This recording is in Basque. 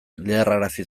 leherrarazi